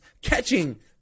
catching